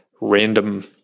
random